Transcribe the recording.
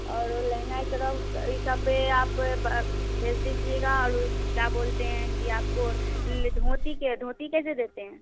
और वह लहंगा एक तरह यह सब भी आप भ भेज दीजिएगा और क्या बोलते है कि आपको ले धोती के धोती कैसे देते हैं